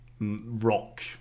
rock